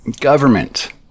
government